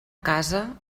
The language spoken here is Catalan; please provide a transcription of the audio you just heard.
casa